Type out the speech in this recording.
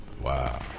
Wow